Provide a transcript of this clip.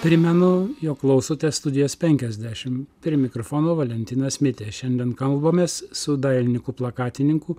primenu jog klausote studijos penkiasdešim prie mikrofono valentinas mitė šiandien kalbamės su dailininku plakatininku